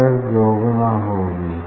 error दो गुना होगी